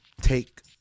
take